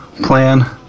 plan